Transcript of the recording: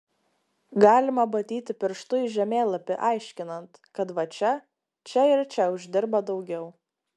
galima badyti pirštu į žemėlapį aiškinant kad va čia čia ir čia uždirba daugiau